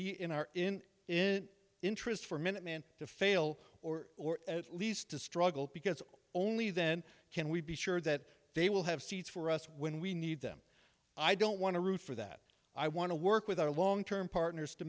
be in our in in interest for minute man to fail or or at least to struggle because only then can we be sure that they will have seats for us when we need them i don't want to root for that i want to work with our long term partners to